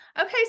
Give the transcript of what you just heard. Okay